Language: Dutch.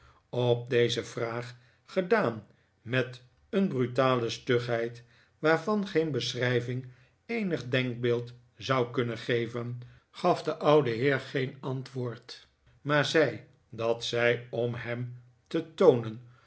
op deze vraag gedaan met een brutale stugheid waarvan geen beschrijving eenig denkbeeld zou kunnen geven gaf de oude heer geen antwoord maar zei dat zij om hem te toonen